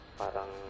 parang